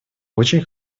очень